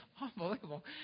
unbelievable